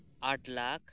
ᱟᱴ lakh